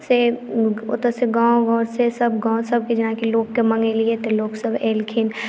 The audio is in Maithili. से ओतयसँ गाँव घरसँ सभ गाँवसभके जेनाकि लोकके मँगेलियै तऽ लोकसभ एलखिन